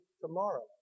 tomorrow